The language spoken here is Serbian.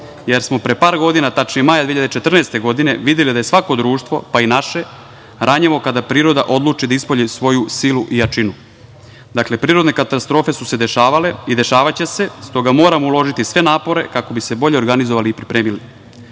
jer smo pre par godina tačnije maja 2014. godine, videli da je svako društvo, pa i naše ranjivo kada priroda odluči da ispolji svoju silu i jačinu. Dakle, prirodne katastrofe su se dešavale i dešavaće se. Stoga moramo uložiti sve napore, kako bi se bolje organizovali i pripremili.